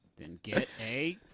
then, get a.